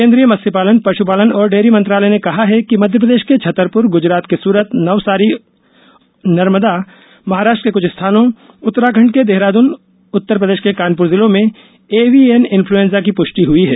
केन्द्रीय मत्स्यपालन पश्पालन और डेयरी मंत्रालय ने कहा है कि मध्यप्रदेश के छतरपुर गुजरात के सुरत नवसारी और नर्मेदा महाराष्ट्र के कुछ स्थानों उत्तराखंड के देहरादन और उत्तर प्रर्देश र्के कानपुर जिलों में एविएन इन्फ्लुएंजा की पुष्टि हुई है